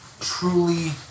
truly